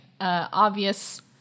obvious